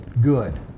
good